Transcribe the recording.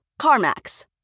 CarMax